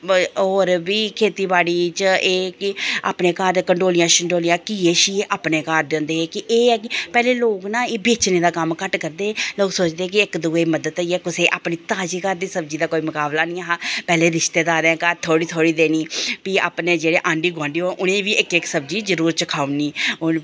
होर बी खेतीबाड़ी च एह् कि अपने घर दे कंडोलियां शंडोलियां घिये शिये अपने घर दे होंदे हे कि एह् ऐ कि पैह्लें लोग बेचने दा कम्म घट्ट करदे हे लोग सोचदे हे कि कुसै दी मदद होई जा अपना ताजी घर दी सब्जी दा कोई मकाबला निं हा पैह्लें रिस्तेदारैं दे घर थोह्ड़ी थोह्ड़ी देनी अपने जेह्ड़े आंढी गुआंढी होन उ'नेंगी बी इक इक सब्जी जरूर चखाई ओड़नी